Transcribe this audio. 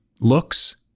looks